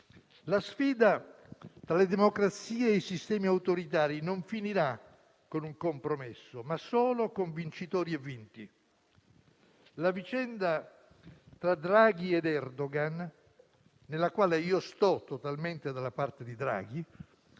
La sfida tra le democrazie e i sistemi autoritari finirà non con un compromesso, ma solo con vincitori e vinti. La vicenda tra Draghi ed Erdogan, nella quale sto totalmente dalla parte del